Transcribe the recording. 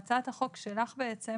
בהצעת החוק שלך בעצם